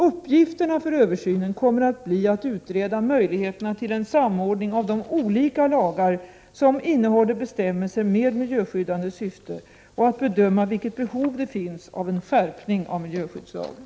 Uppgifterna för översynen kommer att bli att utreda möjligheterna till en samordning av de olika lagar som innehåller bestämmelser med miljöskyddande syfte och att bedöma vilket behov det finns av en skärpning av miljöskyddslagen.